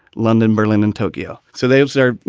london, berlin and tokyo. so they are, you